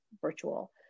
virtual